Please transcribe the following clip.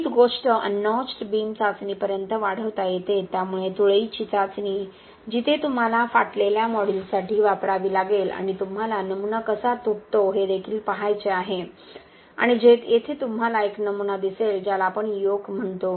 हीच गोष्ट unnotched beam चाचणीपर्यंत वाढवता येते त्यामुळे तुळईची चाचणी जिथे तुम्हाला फाटलेल्या मोड्यूलससाठी वापरावी लागेल आणि तुम्हाला नमुना कसा तुटतो हे देखील पहायचे आहे आणि येथे तुम्हाला एक नमुना दिसेल ज्याला आपण योक म्हणतो